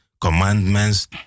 commandments